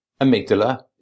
amygdala